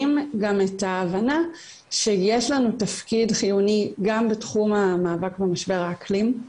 גם את ההבנה שיש לנו תפקיד חיוני גם בתחום המאבק במשבר האקלים.